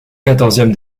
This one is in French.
quatorzième